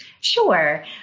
Sure